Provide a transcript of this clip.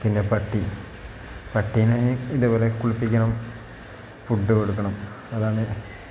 പിന്നെ പട്ടി പട്ടിനെ ഇതേപോലെ കുളിപ്പിക്കണം ഫുഡ് കൊടുക്കണം അതാണ്